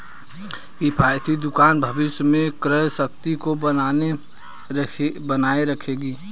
किफ़ायती दुकान भविष्य में क्रय शक्ति को बनाए रखेगा